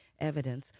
evidence